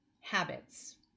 habits